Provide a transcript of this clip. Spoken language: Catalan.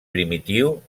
primitiu